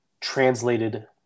translated